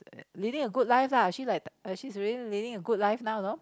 living a good life lah she's like she's really living a good life now you know